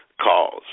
calls